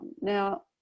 Now